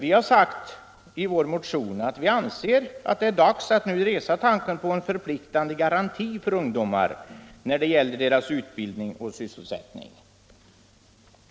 Vi har sagt i vår motion att det nu är dags att väcka tanken på en förpliktande garanti åt ungdomar när det gäller deras utbildning och sysselsättning.